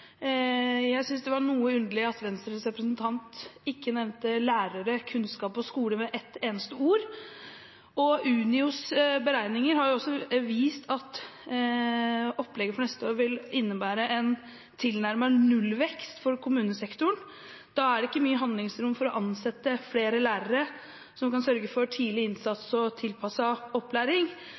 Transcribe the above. Jeg synes det var noe underlig at Venstres representant ikke nevnte lærere, kunnskap og skole med ett eneste ord. Unios beregninger har vist at opplegget for neste år vil innebære en tilnærmet nullvekst for kommunesektoren. Da er det ikke mye handlingsrom for å ansette flere lærere som kan sørge for tidlig innsats og tilpasset opplæring.